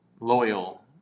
loyal